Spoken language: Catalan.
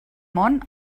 món